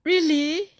really